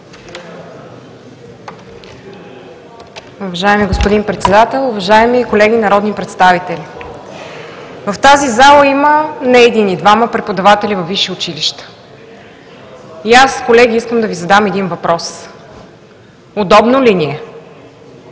Уважаеми господин Председател, уважаеми колеги народни представители! В тази зала има не един и двама преподаватели във висши училища и аз, колеги, искам да Ви задам един въпрос: удобно ли ни е,